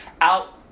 out